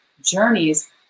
journeys